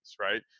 right